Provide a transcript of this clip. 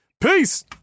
Peace